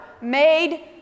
made